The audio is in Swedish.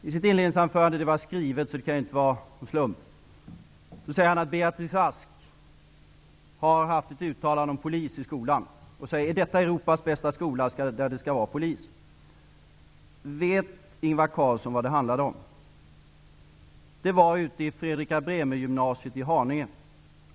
I sitt inledningsanförande -- det var skrivet, så det kan inte vara en slump -- säger Ingvar Carlsson att Beatrice Ask har gjort ett uttalande om polis i skolan, och så frågar han: Är detta Europas bästa skola, där det skall vara polis? Vet Ingvar Carlsson vad det handlade om? Det var i Fredrika Bremer-gymnasiet i Haninge.